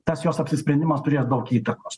tas jos apsisprendimas turės daug įtakos